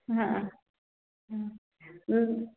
हाँ हाँ